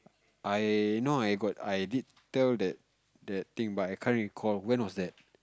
I know I got I did tell that that thing but I can't recall when was that